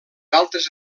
altres